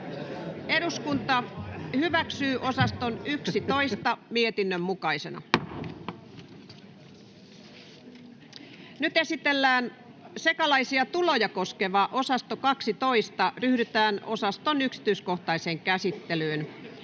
äänestetään yhdessä mietintöä vastaan. Esitellään sekalaisia tuloja koskeva osasto 12. Ryhdytään osaston yksityiskohtaiseen käsittelyyn